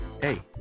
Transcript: Hey